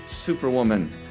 Superwoman